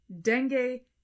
dengue